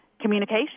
communication